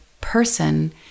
person